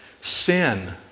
sin